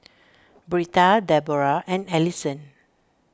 Britta Deborrah and Alison